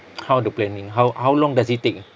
how the planning how how long does it take